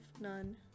none